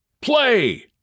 PLAY